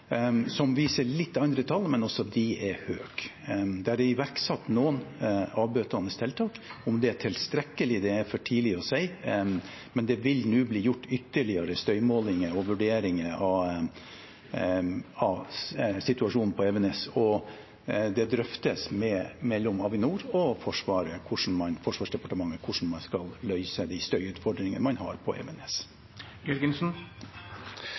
viser litt andre tall, men også disse er høye. Det er iverksatt noen avbøtende tiltak – om det er tilstrekkelig, er for tidlig å si, men det vil nå bli gjort ytterligere støymålinger og vurderinger av situasjonen på Evenes. Det drøftes mellom Avinor og Forsvarsdepartementet hvordan man skal løse støyutfordringene man har på Evenes. Geir Jørgensen – til oppfølgingsspørsmål. Da blir neste spørsmål: Det er også sånn at F-35 har